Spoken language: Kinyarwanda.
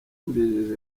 mbijeje